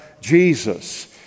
Jesus